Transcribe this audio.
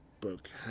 book